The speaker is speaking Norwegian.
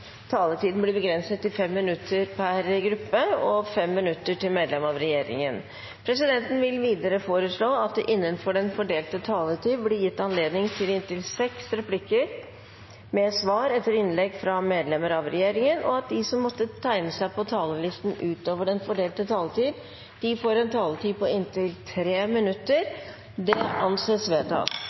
taletiden blir begrenset til 5 minutter til hver partigruppe og 5 minutter til medlemmer av regjeringen. Videre vil presidenten foreslå at det blir gitt anledning til replikkordskifte på inntil seks replikker med svar etter innlegg fra medlemmer av regjeringen innenfor den fordelte taletid, og at de som måtte tegne seg på talerlisten utover den fordelte taletid, får en taletid på inntil 3 minutter. – Det anses vedtatt.